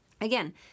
Again